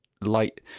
light